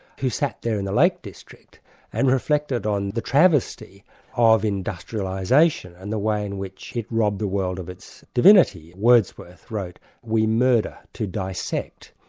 who sat there in the lake like district and reflected on the travesty of industrialization and the way in which it robbed the world of its divinity. wordsworth wrote we murder to dissect,